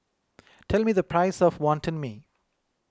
tell me the price of Wantan Mee